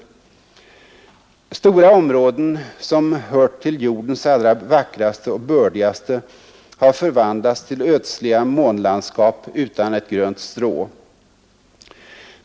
Stora områden, som hört till jordens allra vackraste och bördigaste, har förvandlats till ödsliga månlandskap utan ett grönt strå.